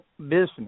business